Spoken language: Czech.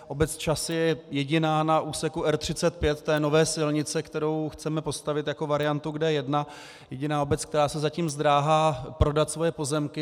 Obec Časy je jediná na úseku R35 té nové silnice, kterou chceme postavit jako variantu k D1, jediná obec, která se zatím zdráhá prodat svoje pozemky.